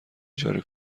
اجاره